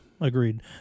Agreed